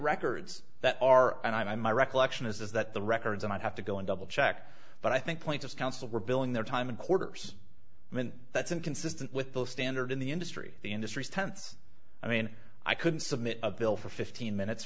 records that are and i my recollection is that the records and i'd have to go and double check but i think points of counsel were billing their time in quarters and that's inconsistent with the standard in the industry the industry's tense i mean i couldn't submit a bill for fifteen minutes